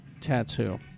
tattoo